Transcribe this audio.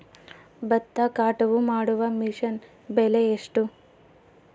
ಭತ್ತ ಕಟಾವು ಮಾಡುವ ಮಿಷನ್ ಬೆಲೆ ಎಷ್ಟು?